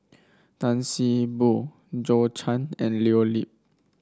Tan See Boo Zhou Can and Leo Yip